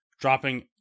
dropping